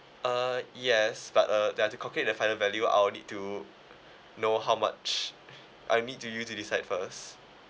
err yes but uh you have to calculate the final value I will need to know how much I need you to you decide first